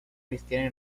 cristiana